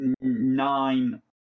nine